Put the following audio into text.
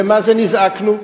ומה-זה נזעקנו,